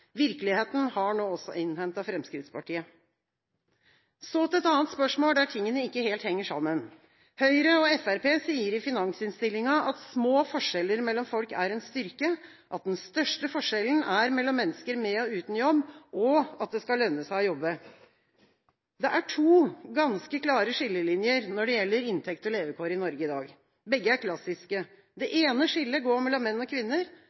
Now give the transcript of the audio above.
Virkeligheten har nå også innhentet Fremskrittspartiet. Så til et annet spørsmål der tingene ikke helt henger sammen: Høyre og Fremskrittspartiet sier i finansinnstillingen at små forskjeller mellom folk er en styrke, at den største forskjellen er mellom mennesker med og uten jobb, og at det skal lønne seg å jobbe. Det er to ganske klare skillelinjer når det gjelder inntekt og levekår i Norge i dag. Begge er klassiske. Det ene skillet går mellom menn og kvinner,